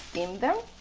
steam them